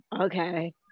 okay